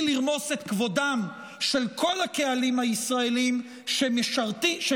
לרמוס את כבודם של כל הקהלים הישראליים שמתגייסים,